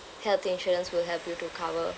health insurance will help you to cover